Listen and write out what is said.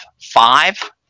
five